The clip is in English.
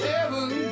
Heaven